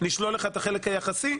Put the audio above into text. נשלול לך את החלק היחסי,